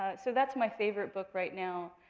ah so that's my favorite book right now.